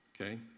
okay